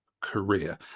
career